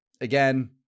Again